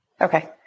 Okay